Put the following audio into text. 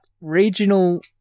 regional